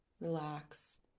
relax